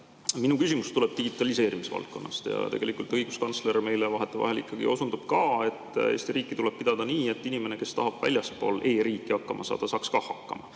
Minu küsimus tuleb digitaliseerimise valdkonnast. Õiguskantsler vahetevahel osundab ka, et Eesti riiki tuleb pidada nii, et inimene, kes tahab väljaspool e‑riiki hakkama saada, saaks ka hakkama.